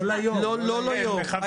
לא ליושב-ראש.